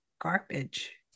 garbage